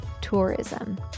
Tourism